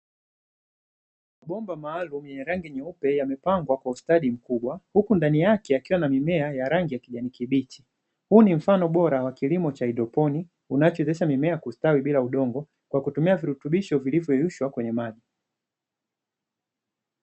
Mabomba maalumu yenye rangi nyeupe yamepangwa kwa ustadi mkubwa, huku ndani yake yakiwa na mimea ya rangi ya kijani kibichi. Huu ni mfano bora wa kilimo cha haidroponi, unachowezesha mimea kustawi bila udongo kwa kutumia virutubisho vilivyoyeyushwa kwenye maji.